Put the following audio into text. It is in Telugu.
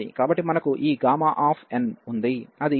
కాబట్టి మనకు ఈ n ఉంది అది n≤0 ఉన్నప్పుడు డైవర్జెన్స్ అవుతుంది